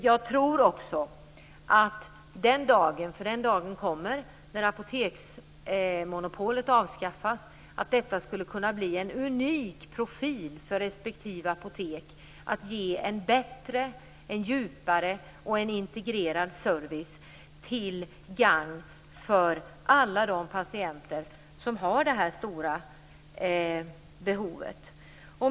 Jag tror också att detta den dagen - för den dagen kommer - då apoteksmonopolet avskaffas skulle kunna bli en unik profil för respektive apotek. Man skulle kunna ge en bättre, en djupare och integrerad service till gagn för alla de patienter som har det här stora behovet.